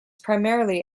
primarily